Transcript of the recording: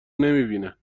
نمیبینن